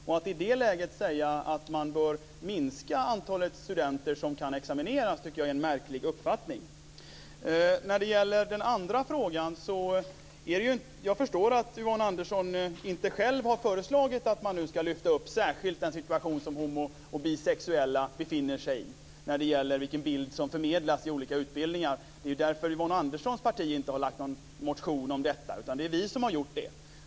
Att man i det läget bör minska antalet studenter som kan examineras tycker jag är en märklig uppfattning. När det gäller den andra frågan förstår jag att Yvonne Andersson inte själv har föreslagit att man nu särskilt ska lyfta fram den situation som homo och bisexuella befinner sig i när det gäller vilken bild som förmedlas i olika utbildningar. Det är därför som Yvonne Anderssons parti inte har väckt någon motion om detta, utan det är vi som har gjort det.